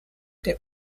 der